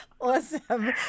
awesome